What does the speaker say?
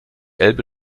elbe